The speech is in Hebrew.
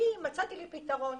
אני מצאתי לי פתרון.